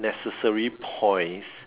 necessary points